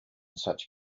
such